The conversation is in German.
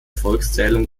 volkszählung